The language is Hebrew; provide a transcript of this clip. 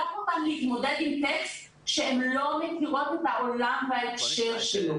להכריח אותה להתמודד עם טקסט שהן לא מכירות את העולם בהקשר שלו.